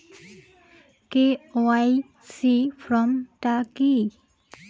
KYC form টা কি?